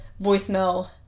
voicemail